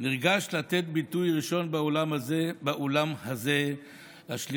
נרגש לתת ביטוי ראשון באולם הזה לשליחות